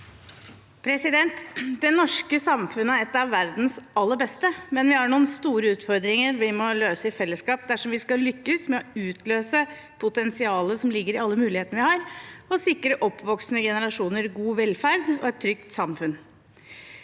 Det norske sam- funnet er et av verdens aller beste, men vi har noen sto re utfordringer vi må løse i fellesskap dersom vi skal lykkes med å utløse potensialet som ligger i alle mulighetene vi har, og sikre oppvoksende generasjoner god velferd og et trygt samfunn.